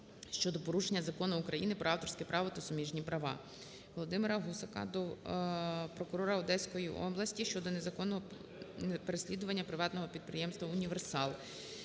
щодо порушення Закону України "Про авторське право та суміжні права". Володимира Гусака до прокурора Одеської області щодо незаконного переслідуванні Приватного підприємства "Універсал".